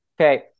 Okay